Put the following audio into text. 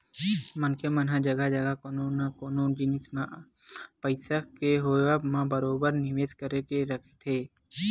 मनखे मन ह जघा जघा कोनो न कोनो जिनिस मन म पइसा के होवब म बरोबर निवेस करके रखथे